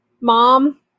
mom